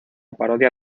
parodia